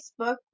Facebook